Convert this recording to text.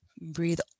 Breathe